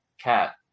Cat